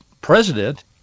president